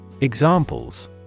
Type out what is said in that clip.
Examples